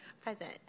Present